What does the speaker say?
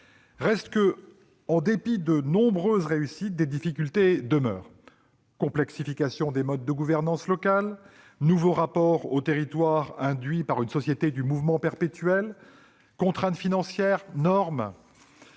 Reste que, en dépit de nombreuses réussites, des difficultés demeurent : complexification des modes de gouvernance locale, nouveaux rapports aux territoires induits par une société du mouvement perpétuel, contrainte financière, normes,